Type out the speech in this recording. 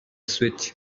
switch